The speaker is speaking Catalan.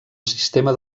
sistema